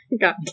got